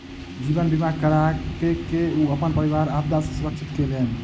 जीवन बीमा कराके ओ अपन परिवार के आपदा सॅ सुरक्षित केलैन